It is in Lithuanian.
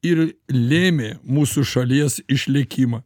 ir lėmė mūsų šalies išlikimą